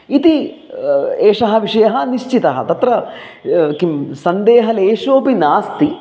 इति एषः विषयः निश्चितः तत्र किं सन्देहलेशोपि नास्ति